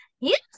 yes